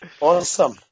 awesome